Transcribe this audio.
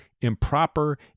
improper